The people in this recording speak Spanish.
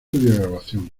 grabación